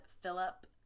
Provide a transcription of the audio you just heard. Philip